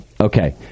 Okay